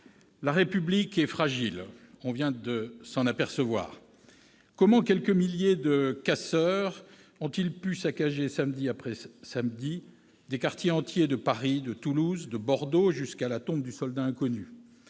la République est fragile, on vient de s'en apercevoir. Comment quelques milliers de casseurs ont-ils pu saccager, samedi après samedi, des quartiers entiers de Paris, Toulouse, Bordeaux, allant jusqu'à saccager la tombe du Soldat inconnu ?